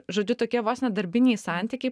žodžiu tokie vos ne darbiniai santykiai